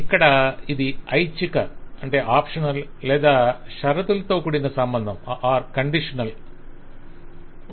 ఇక్కడ ఇది ఐచ్ఛిక లేదా షరతులతో కూడిన సంబంధం ఉంది